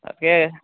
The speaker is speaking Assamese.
তাকে